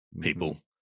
people